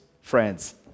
friends